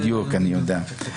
בדיוק, אני יודע.